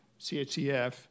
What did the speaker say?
CHCF